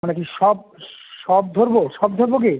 মানে কি সব সব ধরবো সব ধরবো কি